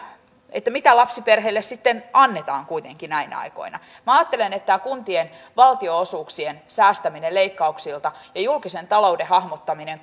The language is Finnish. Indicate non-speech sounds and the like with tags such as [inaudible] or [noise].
että mitä lapsiperheille sitten annetaan kuitenkin näinä aikoina minä ajattelen että tämä kuntien valtionosuuksien säästäminen leikkauksilta ja julkisen talouden hahmottaminen [unintelligible]